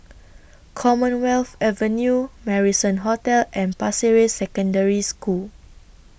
Commonwealth Avenue Marrison Hotel and Pasir Ris Secondary School